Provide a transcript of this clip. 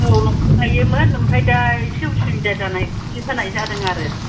औ न'आवनो गाइयोमोन ओफ्राय न'आव दा एसे उसुबिदा जानायखायनो होनाय जादों आरो